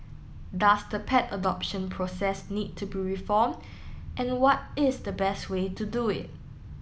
does the pet adoption process need to be reform and what is the best way to do it